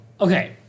okay